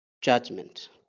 judgment